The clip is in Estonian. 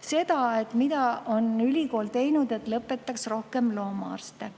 seda, mida on ülikool teinud, et lõpetaks rohkem loomaarste.